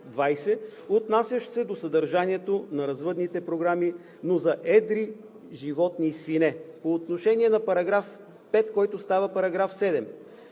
отнасящ се до съдържанието на развъдните програми, но за едри животни и свине. По отношение на § 5, който става § 7.